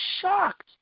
shocked